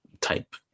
type